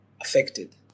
affected